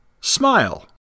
Smile